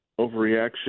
overreaction